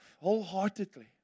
wholeheartedly